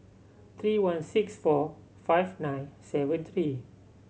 three one six four five nine seven three